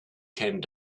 came